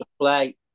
play